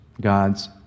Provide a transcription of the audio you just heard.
God's